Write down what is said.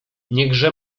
niechże